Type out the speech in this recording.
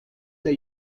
der